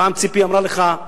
פעם ציפי אמרה לך: